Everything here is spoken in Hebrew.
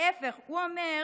להפך, הוא אומר